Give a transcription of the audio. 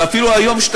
ואפילו היום,